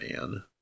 man